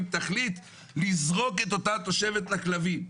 תחליט לזרוק את אותה תושבת לכלבים'.